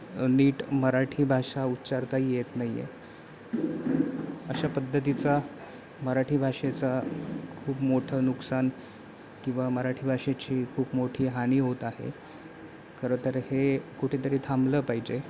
नीट मराठी भाषा उच्चारताही येत नाही आहे अशा पद्धतीचा मराठी भाषेचा खूप मोठं नुकसान किंवा मराठी भाषेची खूप मोठी हानी होत आहे खरंतर हे कुठेतरी थांबलं पाहिजे